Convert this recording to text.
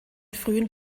frühen